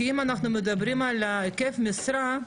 כי אם אנחנו מדברים על היקף משרה,